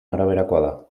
araberakoa